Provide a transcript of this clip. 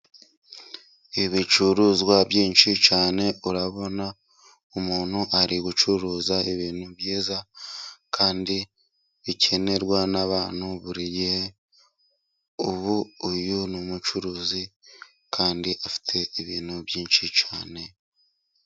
Ibicuruzwa byinshi cyane, urabona umuntu ari gucuruza ibintu byiza kandi bikenerwa n'abantu, buri gihe ubu uyu ni umucuruzi kandi afite ibintu byinshi cyane .